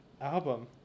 album